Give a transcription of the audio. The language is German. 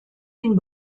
den